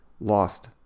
lost